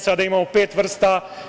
Sada imamo pet vrsta.